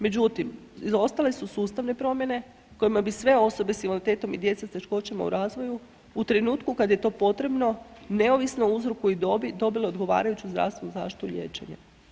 Međutim izostale su sustavne promjene kojima bi sve osobe s invaliditetom i djeca s teškoćama u razvoju u trenutku kad je to potrebno, neovisno o uzroku i dobi dobili odgovarajuću zdravstvenu zaštitu i liječenje.